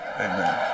Amen